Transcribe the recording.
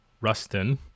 Rustin